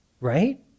right